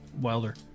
wilder